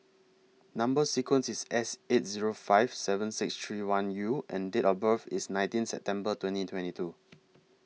Number sequence IS S eight Zero five seven six three one U and Date of birth IS nineteen September twenty twenty two